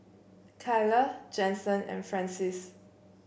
Kyler Jensen and Francies